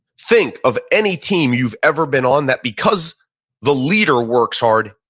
think of any team you've ever been on that because the leader works hard,